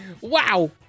Wow